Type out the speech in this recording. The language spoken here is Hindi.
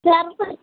चार पाँच